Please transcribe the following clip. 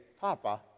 Papa